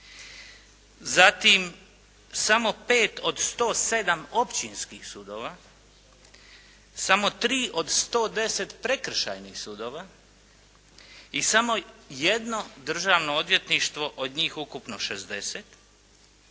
zatim samo 5 od 107 općinskih sudova, samo 3 od 110 prekršajnih sudova, i samo jedno državno odvjetništvo od njih ukupno 60,